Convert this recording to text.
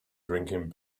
drinking